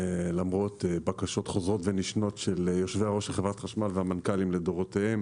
למרות בקשות חוזרות ונשנות של יושבי-ראש חברת החשמל והמנכ"לים לדורותיהם